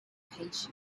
patience